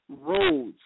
roads